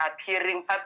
appearing